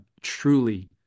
truly